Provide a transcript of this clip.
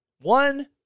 One